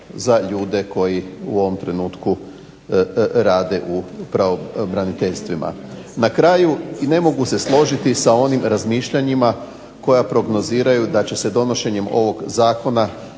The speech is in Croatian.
za ljude koji u ovom trenutku rade u pravobraniteljstvima. Na kraju i ne mogu se složiti sa onim razmišljanjima koja prognoziraju da će se donošenjem ovog Zakona